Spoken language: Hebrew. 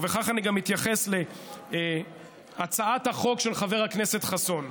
ובכך אני גם מתייחס להצעת החוק של חבר הכנסת חסון,